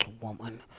woman